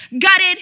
gutted